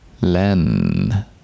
Len